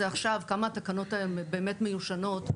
עכשיו כמה התקנות האלה באמת מיושנות.